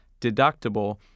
deductible